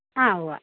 ആ ഉവ്വ്